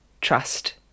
trust